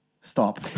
stop